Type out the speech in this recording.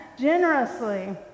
generously